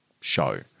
show